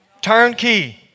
Turnkey